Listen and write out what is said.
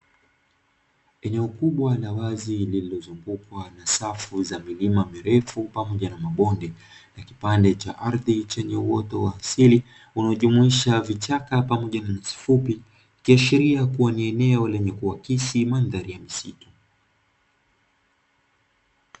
Eneo kubwa la wazi lililozungukwa na safu za milima mirefu pamoja na mabonde na kipande cha ardhi chenye uoto wa asili unaojumuisha vichaka pamoja na nyasi fupi, ikiashiria kuwa ni eneo lenye kuakisi mandhari ya misitu.